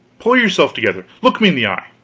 pull yourself together look me in the eye.